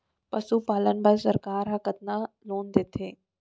पशुपालन बर सरकार ह कतना लोन देथे?